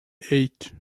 eight